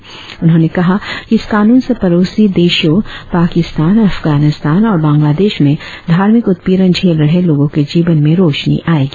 श्री शाह ने कहा कि इस कानून से पड़ोसी देशों पाकिस्तान अफगानिस्था और बांग्लादेश में धार्मिक उत्पीड़न झेल रहे लोगों के जीवन में रोशनी आयेगी